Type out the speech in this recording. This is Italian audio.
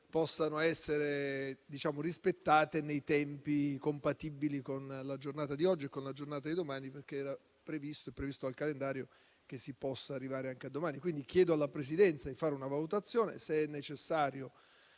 possano essere rispettate nei tempi compatibili con la giornata di oggi e con la giornata di domani. È infatti previsto dal calendario che si possa arrivare anche a domani. Chiedo dunque alla Presidenza di fare una valutazione: se è necessario